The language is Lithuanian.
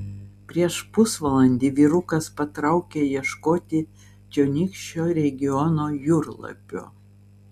prieš pusvalandį vyrukas patraukė ieškoti čionykščio regiono jūrlapio